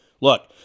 Look